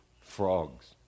frogs